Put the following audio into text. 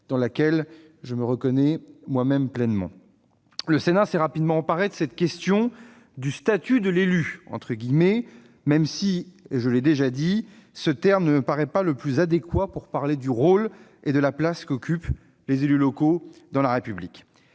dans laquelle je me reconnais moi-même pleinement. Le Sénat s'est rapidement emparé de cette question du « statut de l'élu », même si, je l'ai déjà dit, ce terme ne me paraît pas le plus adéquat pour parler du rôle et de la place qu'occupent les élus locaux dans la République.